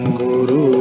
guru